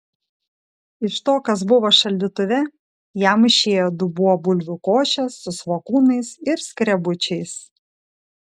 iš to kas buvo šaldytuve jam išėjo dubuo bulvių košės su svogūnais ir skrebučiais